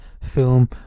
film